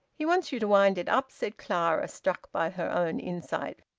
he wants you to wind it up, said clara, struck by her own insight.